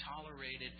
tolerated